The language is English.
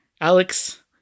Alex